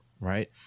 right